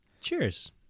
Cheers